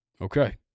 Okay